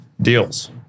deals